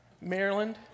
Maryland